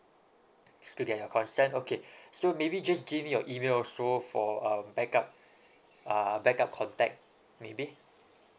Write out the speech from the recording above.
still get your consent okay so maybe just give me your email so for uh back up uh back up contact maybe